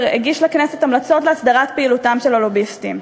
הגיש לכנסת המלצות להסדרת פעילותם של הלוביסטים.